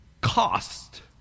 cost